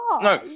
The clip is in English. No